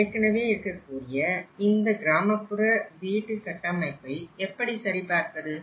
ஏற்கனவே இருக்கக்கூடிய இந்த கிராமப்புற வீட்டு கட்டமைப்பை எப்படி சரி பார்ப்பது